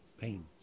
pain